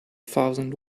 thousand